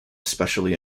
especially